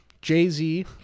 Jay-Z